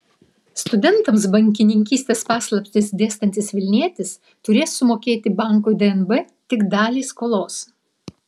studentams bankininkystės paslaptis dėstantis vilnietis turės sumokėti bankui dnb tik dalį skolos